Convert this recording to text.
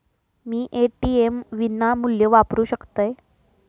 मी ATM विनामूल्य वापरू शकतय?